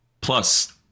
Plus